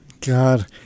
God